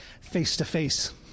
face-to-face